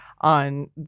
on